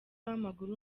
w’amaguru